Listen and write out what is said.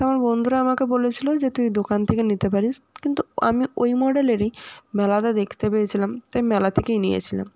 তো আমার বন্ধুরা আমাকে বলেছিলো যে তুই দোকান থেকে নিতে পারিস কিন্তু আমি ওই মডেলেরই মেলাতে দেখতে পেয়েছিলাম তাই মেলা থেকেই নিয়েছিলাম